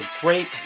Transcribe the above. great